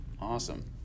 awesome